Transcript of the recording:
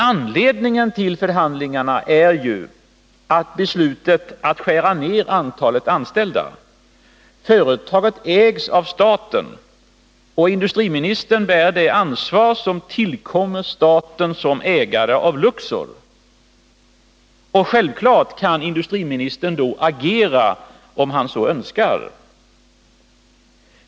Anledningen till förhandlingarna är ju beslutet att skära ned antalet anställda. Företaget ägs av staten. Och industriministern bär det ansvar som tillkommer staten som ägare av Luxor. Självfallet kan industriministern då agera, om han så önskar.